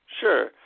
Sure